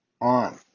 on